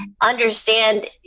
Understand